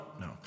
No